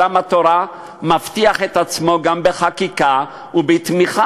עולם התורה מבטיח את עצמו גם בחקיקה ובתמיכה.